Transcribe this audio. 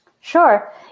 Sure